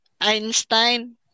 Einstein